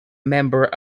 member